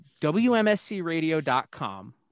wmscradio.com